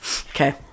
Okay